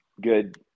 Good